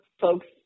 folks